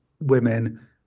women